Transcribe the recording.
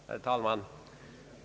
Herr talman!